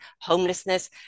homelessness